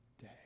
day